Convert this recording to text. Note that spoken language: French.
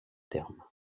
terme